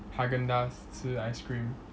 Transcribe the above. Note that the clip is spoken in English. Haagen-Dazs 吃 ice cream